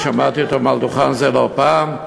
ושמעתי אותו מעל דוכן זה לא פעם אחת,